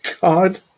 God